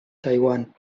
taiwan